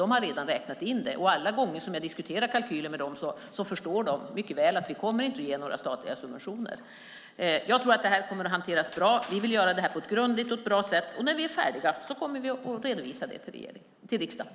De har redan räknat in det, och alla gånger som jag diskuterar kalkyler med dem förstår de mycket väl att vi inte kommer att ge några statliga subventioner. Jag tror att det här kommer att hanteras bra. Vi vill göra detta på ett grundligt och bra sätt, och när vi är färdiga kommer vi och redovisar det för riksdagen.